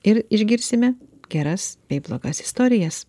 ir išgirsime geras bei blogas istorijas